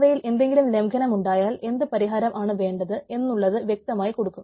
അവയിൽ എന്തെങ്കിലും ലംഘനം ഉണ്ടായാൽ എന്ത് പരിഹാരം ആണ് വേണ്ടത് എന്നുള്ളത് വ്യക്തമായി കൊടുക്കും